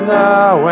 now